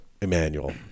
Emmanuel